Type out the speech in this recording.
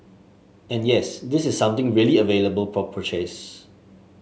and yes this is something really available for purchase